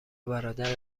برادر